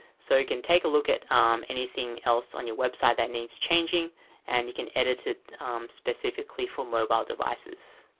so you can take a look at um anything else on your website that needs changing and you can edit it specifically for mobile devices.